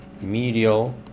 medial